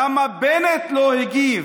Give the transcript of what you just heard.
למה בנט לא הגיב?